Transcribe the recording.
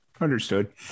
understood